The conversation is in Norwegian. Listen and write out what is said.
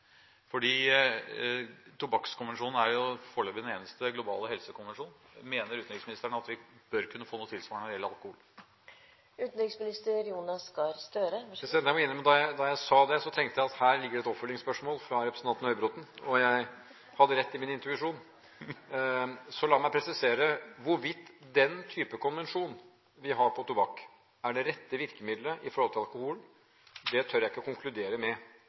tobakkskonvensjonen er jo foreløpig den eneste globale helsekonvensjonen. Mener utenriksministeren at vi bør kunne få noe tilsvarende når det gjelder alkohol? Jeg må innrømme at da jeg sa det, tenkte jeg at her ligger det et oppfølgingsspørsmål fra representanten Høybråten, og jeg hadde rett i min intuisjon! Så la meg presisere: Hvorvidt den type konvensjon vi har på tobakk, er det rette virkemidlet i forhold til alkohol, tør jeg ikke å konkludere med,